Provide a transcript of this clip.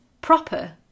proper